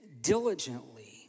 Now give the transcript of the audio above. diligently